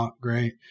Great